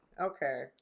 Okay